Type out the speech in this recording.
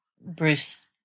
Bruce